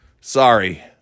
Sorry